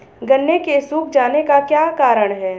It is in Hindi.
गन्ने के सूख जाने का क्या कारण है?